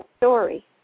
story